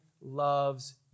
loves